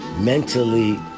mentally